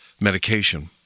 medication